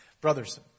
Brothers